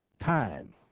time